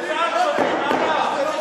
בצה"ל שותים עראק?